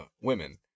women